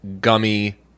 gummy